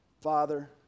Father